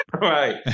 Right